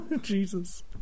Jesus